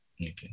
Okay